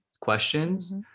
questions